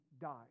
died